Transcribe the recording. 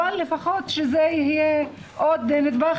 אבל לפחות שזה יהיה עוד נדבך,